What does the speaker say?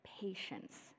patience